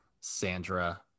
Sandra